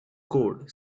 code